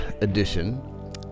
edition